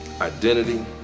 identity